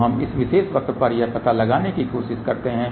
तो हम इस विशेष वक्र पर यह पता लगाने की कोशिश करते हैं